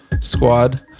squad